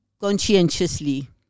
conscientiously